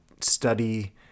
study